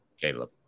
Caleb